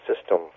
system